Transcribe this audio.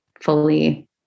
fully